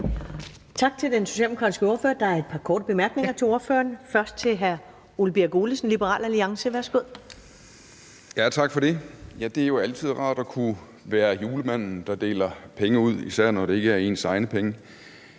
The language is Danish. Tak til den socialdemokratiske ordfører. Der er et par korte bemærkninger til ordføreren. Først er det hr. Ole Birk Olesen, Liberal Alliance. Værsgo. Kl. 15:51 Ole Birk Olesen (LA): Tak for det. Ja, det er jo altid rart at kunne være julemanden, der deler penge ud, især når det ikke er ens egne penge.